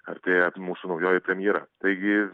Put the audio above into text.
artėja mūsų naujoji premjera taigi